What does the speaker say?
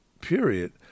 period